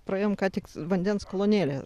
praėjom ką tik vandens kolonėlę